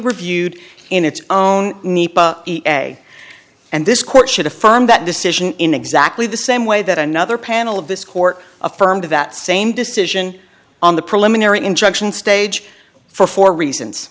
reviewed in its own way and this court should affirm that decision in exactly the same way that another panel of this court affirmed that same decision on the preliminary injunction stage for four reasons